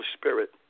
Spirit